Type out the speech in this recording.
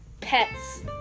Pets